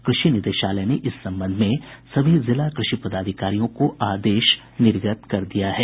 कृषि निदेशालय ने इस संबंध में सभी जिला कृषि पदाधिकारियों को आदेश निर्गत कर दिया है